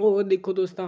होर दिक्खो तुस तां